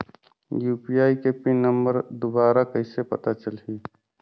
UPI के pin number दुबारा कइसे पता चलही?